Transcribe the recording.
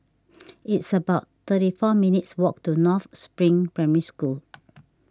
it's about thirty four minutes' walk to North Spring Primary School